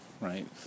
right